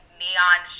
neon